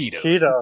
Cheetos